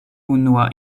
unua